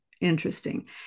interesting